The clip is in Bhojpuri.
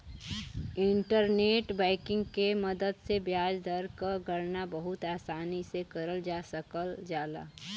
इंटरनेट बैंकिंग के मदद से ब्याज दर क गणना बहुत आसानी से करल जा सकल जाला